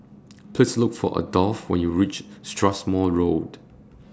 Please Look For Adolf when YOU REACH Strathmore Road